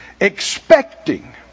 expecting